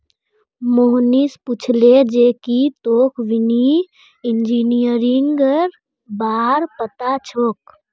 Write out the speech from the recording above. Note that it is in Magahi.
मोहनीश पूछले जे की तोक वित्तीय इंजीनियरिंगेर बार पता छोक